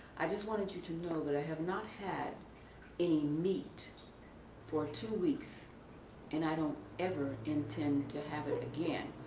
i just wanted you to know that i have not had any meat for two weeks and i don't ever intend to have it again.